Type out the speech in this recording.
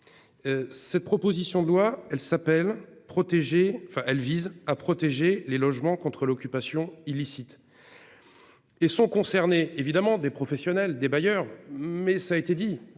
Cette proposition de loi, elle s'appelle protéger enfin elle vise à protéger les logements contre l'occupation illicite. Et sont concernés évidemment des professionnels des bailleurs mais ça a été dit,